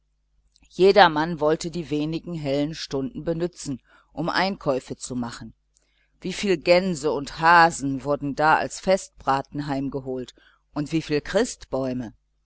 jedermann wollte die wenigen hellen stunden benützen um einkäufe zu machen wieviel gänse und hasen wurden da als festbraten heimgeholt und wieviel christbäume